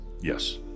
Yes